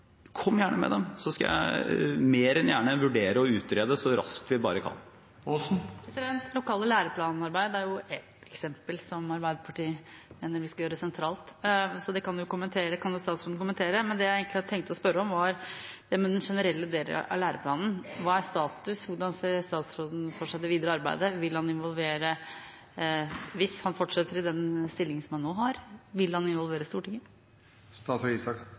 kom gjerne med dem, så skal vi mer enn gjerne vurdere og utrede dem så raskt vi bare kan. Lokalt læreplanarbeid er et eksempel på noe som Arbeiderpartiet mener vi skal gjøre sentralt, så det kan jo statsråden kommentere. Det jeg egentlig hadde tenkt å spørre om, var den generelle delen av læreplanen: Hva er status, hvordan ser statsråden for seg det videre arbeidet? Hvis han fortsetter i den stillingen han har nå, vil han involvere